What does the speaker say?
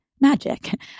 Magic